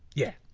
yeah,